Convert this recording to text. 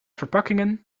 verpakkingen